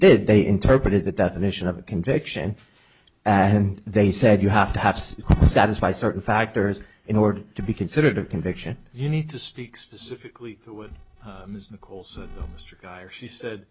did they interpret it the definition of a conviction and they said you have to have to satisfy certain factors in order to be considered a conviction you need to speak specifically with ms nichols mr guy or she said